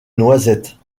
noisette